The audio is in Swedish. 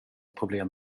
problem